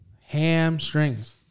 Hamstrings